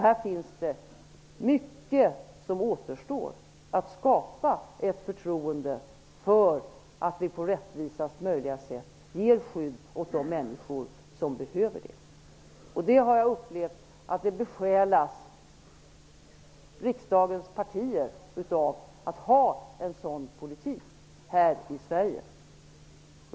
Här återstår mycket när det gäller att skapa ett förtroende för att vi på rättvisaste möjliga sätt ger de människor skydd som behöver det. Jag har upplevt att riksdagens partier är besjälade av att vi har en sådan politik här i Sverige.